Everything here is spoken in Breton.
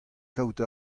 kaout